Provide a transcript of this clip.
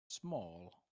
small